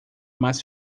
mais